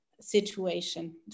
situation